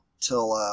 till